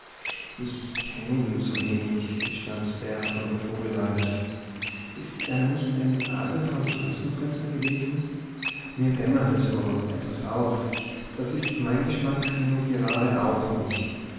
ich kenne ihn zu wenig gestand der von der vogelweide ist er nicht ein arger franzosenfresser gewesen mir dämmert so etwas auf das ist mein geschmack nun gerade auch nicht